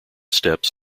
steps